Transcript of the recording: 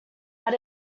but